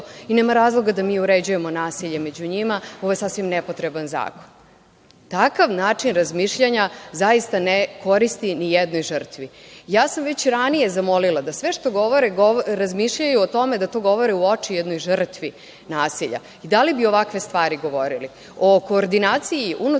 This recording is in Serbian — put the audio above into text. i nema razloga da mi uređujemo nasilje među njima. Ovo je sasvim nepotreban zakon. takav način razmišljanja zaista ne koristi ni jednoj žrtvi. Ja sam već ranije zamolila da sve što govore, razmišljaju o tome da to govore u oči jednoj žrtvi nasilja. Da li bi ovakve stvari govori? O koordinaciji unutar